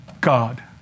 God